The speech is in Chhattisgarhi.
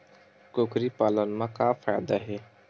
कुकरी पालन म का फ़ायदा हे?